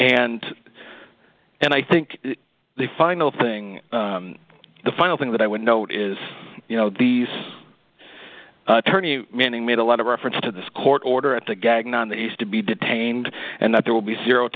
and and i think the final thing the final thing that i would note is you know these attorney manning made a lot of reference to this court order at the gag naan that used to be detained and that there will be c